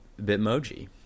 Bitmoji